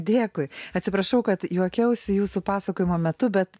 dėkui atsiprašau kad juokiausi jūsų pasakojimo metu bet